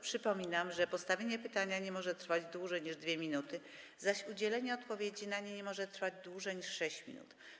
Przypominam, że postawienie pytania nie może trwać dłużej niż 2 minuty, zaś udzielenie na nie odpowiedzi nie może trwać dłużej niż 6 minut.